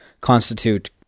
constitute